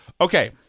Okay